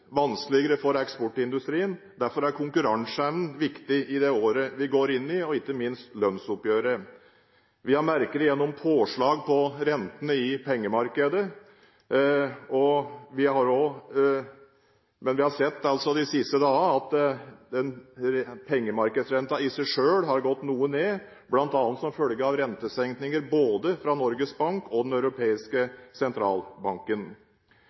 vanskeligere for eksportindustrien. Derfor er konkurranseevnen viktig i året vi går inn i – og ikke minst lønnsoppgjøret. Vi har merket det gjennom påslag på rentene i pengemarkedet, men vi har de siste dagene sett at pengemarkedsrenten i seg selv har gått noe ned, bl.a. som følge av rentesenkninger fra både Norges Bank og Den europeiske sentralbanken.